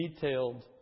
detailed